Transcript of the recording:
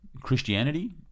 Christianity